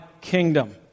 kingdom